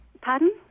Pardon